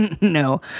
No